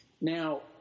Now